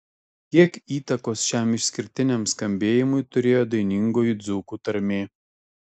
kiek įtakos šiam išskirtiniam skambėjimui turėjo dainingoji dzūkų tarmė